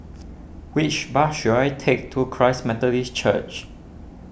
which bus should I take to Christ Methodist Church